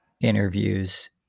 interviews